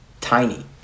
tiny